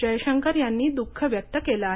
जयशंकर यांनी दुःख व्यक्त केले आहे